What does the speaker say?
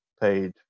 paid